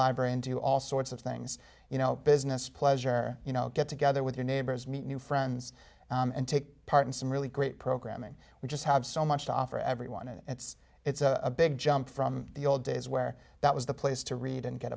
library and do all sorts of things you know business pleasure or you know get together with your neighbors meet new friends and take part in some really great programming we just have so much to offer everyone and it's it's a big jump from the old days where that was the place to read and get